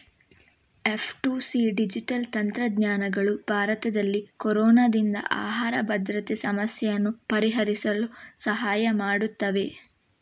F two C digital ತಂತ್ರಜ್ಞಾನಗಳು ಭಾರತದಲ್ಲಿ ಕೊರೊನಾದಿಂದ ಆಹಾರ ಭದ್ರತೆ ಸಮಸ್ಯೆಯನ್ನು ಪರಿಹರಿಸಲು ಸಹಾಯ ಮಾಡುತ್ತವೆ